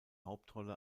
hauptrolle